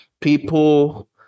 people